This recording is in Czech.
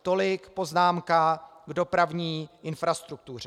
Tolik poznámka k dopravní infrastruktuře.